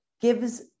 gives